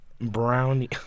Brownie